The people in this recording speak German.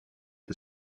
des